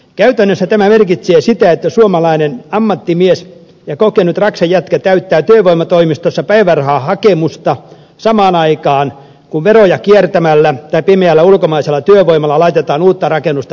käytännössä tämä merkitsee sitä että suomalainen ammattimies ja kokenut raksan jätkä täyttää työvoimatoimistossa päivärahahakemusta samaan aikaan kun veroja kiertämällä tai pimeällä ulkomaisella työvoimalla laitetaan uutta rakennusta pystyyn